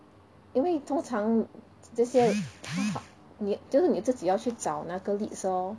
因为通常 this year 他好你就是你自己要去找那个 leads lor